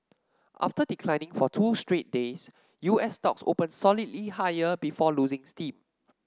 after declining for two straight days U S stocks opened solidly higher before losing steam